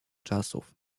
czasów